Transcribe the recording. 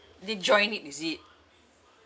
they joined it is it